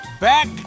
back